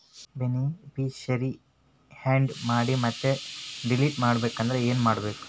Beneficiary, add ಮಾಡಿ ಮತ್ತೆ delete ಮಾಡಬೇಕೆಂದರೆ ಏನ್ ಮಾಡಬೇಕು?